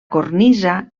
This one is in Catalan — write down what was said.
cornisa